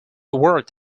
worked